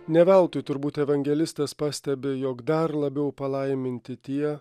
ne veltui turbūt evangelistas pastebi jog dar labiau palaiminti tie